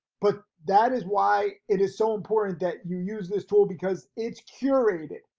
but that is why it is so important that you use this tool because it's curated.